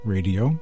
Radio